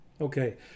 Okay